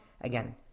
again